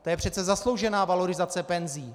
To je přece zasloužená valorizace penzí.